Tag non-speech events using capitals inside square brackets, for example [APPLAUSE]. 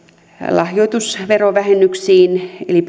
lahjoitusverovähennyksiin eli [UNINTELLIGIBLE]